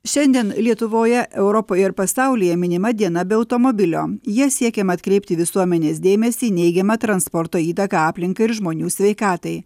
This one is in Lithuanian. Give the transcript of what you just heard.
šiandien lietuvoje europoje ir pasaulyje minima diena be automobilio ja siekiama atkreipti visuomenės dėmesį į neigiamą transporto įtaką aplinkai ir žmonių sveikatai